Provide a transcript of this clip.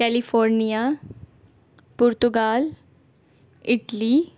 California Portugal Italy